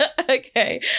Okay